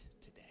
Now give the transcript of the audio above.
today